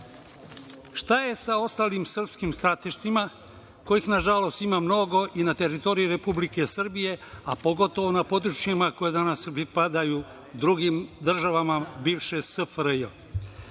je sa ostalim srpskim stratištima kojih, nažalost, ima mnogo i na teritoriji Republike Srbije, a pogotovo na područjima koje danas pripadaju drugim državama bivše SFRJ?